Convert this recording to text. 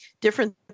different